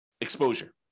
exposure